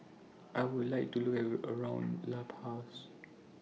I Would like to Have A Look around La Paz